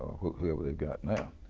whoever they've got now,